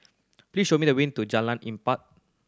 please show me the way to Jalan Empat